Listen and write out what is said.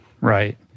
Right